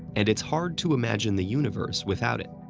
and it's hard to imagine the universe without it.